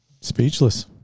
Speechless